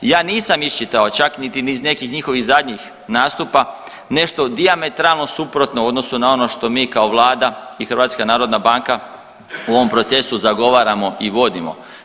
Ja nisam iščitao čak niti iz nekih njihovih zadnjih nastupa nešto dijametralno suprotno u odnosu na ono što mi kao vlada i HNB u ovom procesu zagovaramo i vodimo.